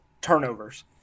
turnovers